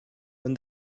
when